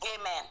Amen